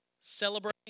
celebrating